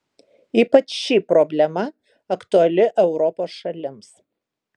ypač ši problema aktuali europos šalims